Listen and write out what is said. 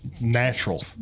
natural